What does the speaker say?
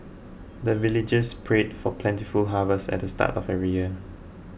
the villagers pray for plentiful harvest at the start of every year